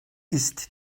ist